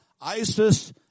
ISIS